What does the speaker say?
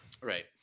Right